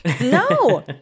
No